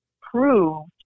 proved